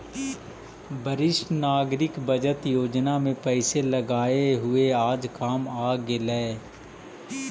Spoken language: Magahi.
वरिष्ठ नागरिक बचत योजना में पैसे लगाए हुए आज काम आ गेलइ